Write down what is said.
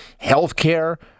healthcare